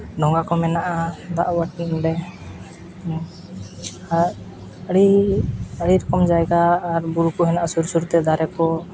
ᱰᱷᱚᱸᱜᱟ ᱠᱚ ᱢᱮᱱᱟᱜᱼᱟ ᱫᱟᱜ ᱟᱨ ᱟᱹᱰᱤ ᱟᱹᱰᱤ ᱨᱚᱠᱚᱢ ᱡᱟᱭᱜᱟ ᱟᱨ ᱵᱩᱨᱩ ᱠᱚ ᱦᱮᱱᱟᱜᱼᱟ ᱥᱩᱨ ᱥᱩᱨᱛᱮ ᱫᱟᱨᱮ ᱠᱚ